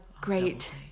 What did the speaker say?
great